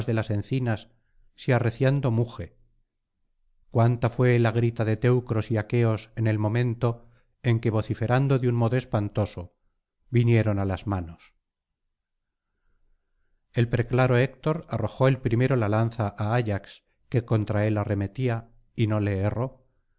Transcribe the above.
las encinas si arreciando muge cuanta fué la grita de teucros y aqueos en el momento en que vociferando de un modo espantoso vinieron á las manos el preclaro héctor arrojó el primero la lanza á ayax que contra él arremetía y no le erró pero acertó á